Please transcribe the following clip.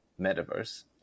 metaverse